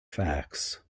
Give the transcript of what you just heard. facts